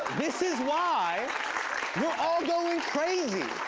this is why we're all going crazy.